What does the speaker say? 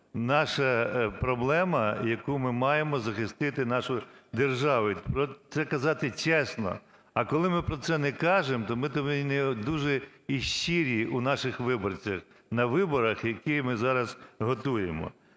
Наша проблема, яку ми маємо, - захистити нашу державу, і про це казати чесно. А коли ми про це не кажемо, то ми тому і не дуже щирі у наших виборцях на виборах, які ми зараз готуємо.